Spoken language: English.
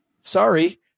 Sorry